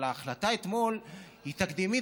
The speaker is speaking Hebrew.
אבל ההחלטה אתמול היא תקדימית,